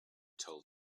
told